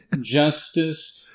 justice